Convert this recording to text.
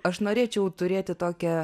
aš norėčiau turėti tokią